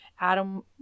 Adam